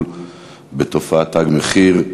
לשלום וביטחון בנושא הטיפול בתופעת "תג מחיר",